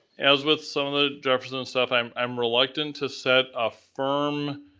as with some of the jefferson and stuff, i'm i'm reluctant to set a firm